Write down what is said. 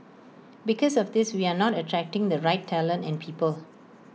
because of this we are not attracting the right talent and people